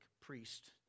priest